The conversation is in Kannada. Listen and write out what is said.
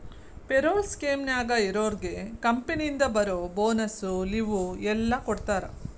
ಪೆರೋಲ್ ಸ್ಕೇಮ್ನ್ಯಾಗ ಇರೋರ್ಗೆ ಕಂಪನಿಯಿಂದ ಬರೋ ಬೋನಸ್ಸು ಲಿವ್ವು ಎಲ್ಲಾ ಕೊಡ್ತಾರಾ